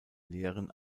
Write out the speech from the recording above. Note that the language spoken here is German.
lehren